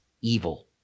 evil